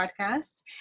podcast